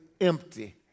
empty